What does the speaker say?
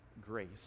grace